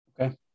okay